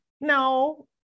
No